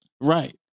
right